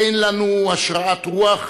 אין לנו השראת רוח,